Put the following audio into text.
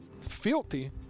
filthy